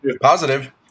positive